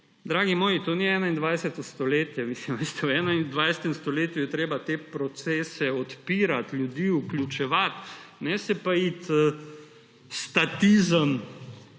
Dragi moji, to ni 21. stoletje, veste. V 21. stoletju je treba te procese odpirati, ljudi vključevati, ne se pa iti statizma